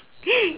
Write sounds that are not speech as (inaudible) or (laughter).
(laughs)